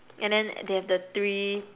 and then they have the three